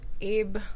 Abe